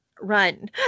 run